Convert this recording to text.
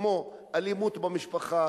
כמו אלימות במשפחה,